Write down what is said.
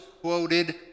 quoted